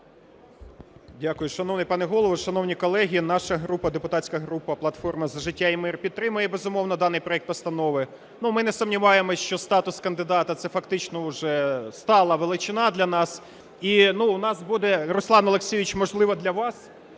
Дякую. Шановний пане Голово, шановні колеги, наша група, депутатська група "Платформа за життя і мир" підтримує, безумовно, даний проект постанови. Ми не сумніваємось, що статус кандидата – це фактично уже стала величина для нас. І в нас буде, Руслан Олексійович, можливо, для вас